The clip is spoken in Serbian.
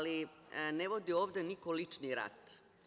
Ne vodi ovde niko lični rat.